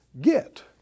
get